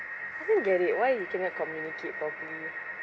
I don't get it why you cannot communicate properly